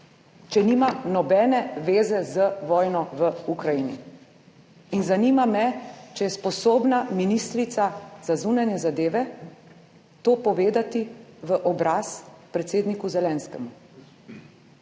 če nima nobene veze z vojno v Ukrajini. In zanima me, če je sposobna ministrica za zunanje zadeve to povedati v obraz predsedniku Zelenskemu.